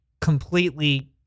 completely